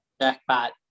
Jackpot